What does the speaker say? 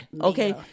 Okay